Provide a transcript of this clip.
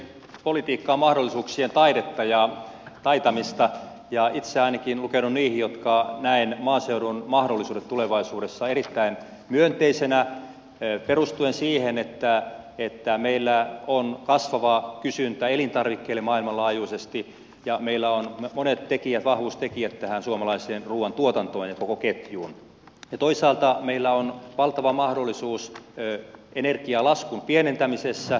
politiikka on mahdollisuuksien taidetta ja taitamista ja itse ainakin lukeudun niihin jotka näkevät maaseudun mahdollisuudet tulevaisuudessa erittäin myönteisinä perustuen siihen että meillä on kasvava kysyntä elintarvikkeille maailmanlaajuisesti ja meillä on monet vahvuustekijät tähän suomalaiseen ruoantuotantoon ja koko ketjuun ja toisaalta meillä on valtava mahdollisuus energialaskun pienentämisessä